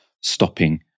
stopping